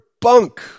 bunk